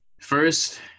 first